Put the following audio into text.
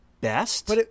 best